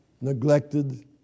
neglected